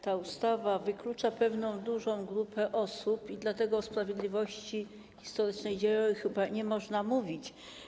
Ta ustawa wyklucza pewną dużą grupę osób i dlatego o sprawiedliwości historycznej, dziejowej chyba nie można mówić.